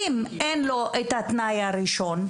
אם אין לו את התנאי הראשון,